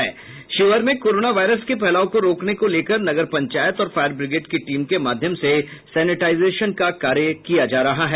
शिवहर में corona virus के फैलाव को रोकने को लेकर नगर पंचायत और फायर ब्रिगेड की टीम के माध्यम से सैनेटाइजेशन का कार्य किया जा रहा है